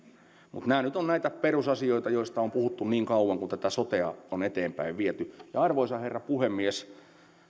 mutta nämä ovat nyt näitä perusasioita joista on puhuttu niin kauan kuin tätä sotea on eteenpäin viety arvoisa herra puhemies